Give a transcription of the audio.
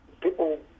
people